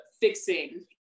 fixing